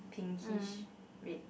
pinkish red